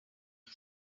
now